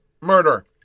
murder